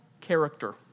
character